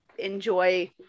enjoy